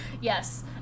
Yes